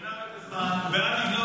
אל תגנוב